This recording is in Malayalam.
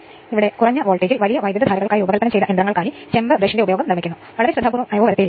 ഇതോടെ സിംഗിൾ ഫേസ് ട്രാൻസ്ഫോർമർ സമാപിച്ചു